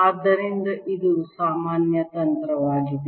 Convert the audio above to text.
ಆದ್ದರಿಂದ ಇದು ಸಾಮಾನ್ಯ ತಂತ್ರವಾಗಿದೆ